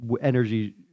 energy